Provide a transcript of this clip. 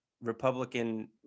Republican